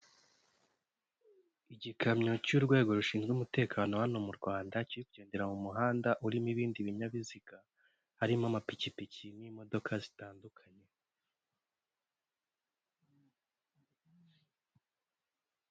Igikamyo cy'urwego rushinzwe umutekano hano mu rwanda kigendera mu muhanda urimo ibindi binyabiziga harimo amapikipiki n'imodoka zitandukanye.